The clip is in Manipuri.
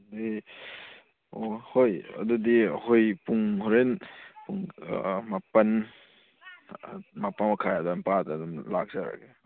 ꯑꯗꯨꯗꯤ ꯑꯣ ꯍꯣꯏ ꯑꯗꯨꯗꯤ ꯑꯩꯈꯣꯏ ꯄꯨꯡ ꯍꯣꯔꯦꯟ ꯄꯨꯡ ꯃꯥꯄꯟ ꯃꯥꯄꯟ ꯃꯈꯥꯏ ꯑꯗꯨꯋꯥꯏ ꯃꯄꯥꯗ ꯑꯗꯨꯝ ꯂꯥꯛꯆꯔꯒꯦ